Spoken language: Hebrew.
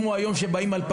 כמו שהיום מגיעים אליכם,